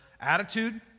attitude